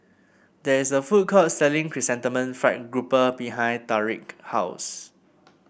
there is a food court selling Chrysanthemum Fried Grouper behind Tariq house